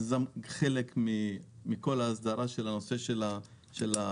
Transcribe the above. שזה חלק מכל ההסדרה של נושא הרלב"ד.